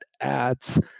adds